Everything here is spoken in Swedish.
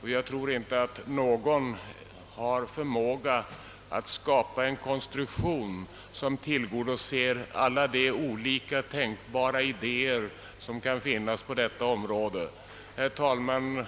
men jag tror inte att någon har förmåga att åstadkomma en konstruktion som tillgodoser alla olika idéer som kan finnas på detta område. Herr talman!